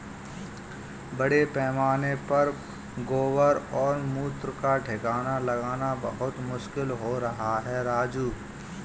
बड़े पैमाने पर गोबर और मूत्र का ठिकाना लगाना बहुत मुश्किल हो रहा है राजू